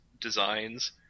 designs